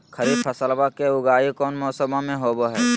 खरीफ फसलवा के उगाई कौन से मौसमा मे होवय है?